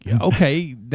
okay